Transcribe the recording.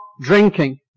drinking